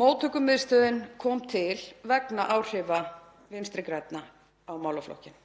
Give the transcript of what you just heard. Móttökumiðstöð er komin til vegna áhrifa Vinstri grænna á málaflokkinn.